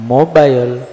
Mobile